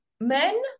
men